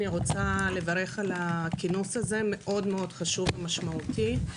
אני רוצה לברך על הכינוס המאוד מאוד חשוב ומשמעותי הזה.